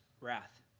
wrath